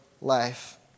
life